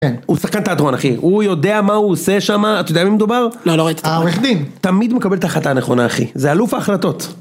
כן, הוא שחקן תיאטרון אחי, הוא יודע מה הוא עושה שם, אתה יודע על מי מדובר? לא, לא ראיתי. העורך דין, תמיד מקבל את ההחלטה הנכונה אחי, זה אלוף ההחלטות.